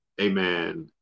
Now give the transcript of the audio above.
amen